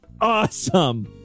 awesome